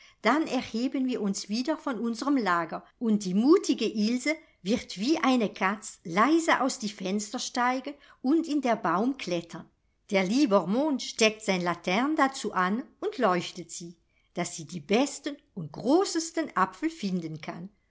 dann erheben wir uns wieder von unsrem lager und die mutige ilse wird wie eine katz leise aus die fenster steigen und in der baum klettern der lieber mond steckt sein latern dazu an und leuchtet sie daß sie die besten und großesten apfel finden kann